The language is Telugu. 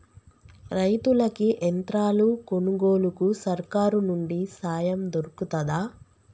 రైతులకి యంత్రాలు కొనుగోలుకు సర్కారు నుండి సాయం దొరుకుతదా?